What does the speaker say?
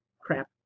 crap